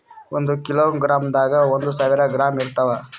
ಒಂದ್ ಕಿಲೋಗ್ರಾಂದಾಗ ಒಂದು ಸಾವಿರ ಗ್ರಾಂ ಇರತಾವ